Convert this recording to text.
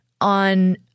on